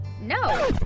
no